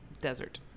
desert